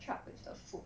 truck with the food